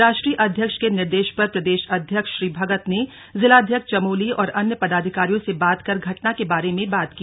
राष्ट्रीय अध्यक्ष के निर्देश पर प्रदेश अध्यक्ष श्री भगत ने जिलाध्यक्ष चमोली और अन्य पदाधिकारियों से बात कर घटना के बारे में बात की